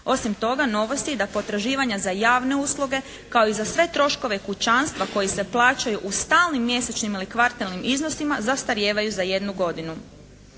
Osim toga novost je da potraživanja za javne usluge kao i za sve troškove kućanstva koji se plaćaju u stalnim mjesečnim ili kvartalnim iznosima zastarijevaju za jednu godinu.